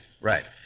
Right